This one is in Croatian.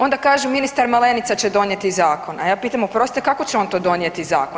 Onda kaže ministar Malenica će donijeti zakon, a ja pitam, oprostite, kako će on to donijeti zakon?